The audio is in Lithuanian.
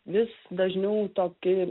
vis dažniau tokį